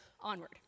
onward